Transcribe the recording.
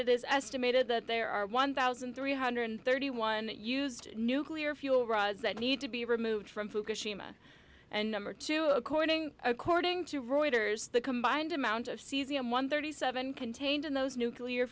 it is estimated that there are one thousand three hundred thirty one used nuclear fuel rods that need to be removed from fukushima and number two according according to reuters the combined amount of cesium one thirty seven contained in those nuclear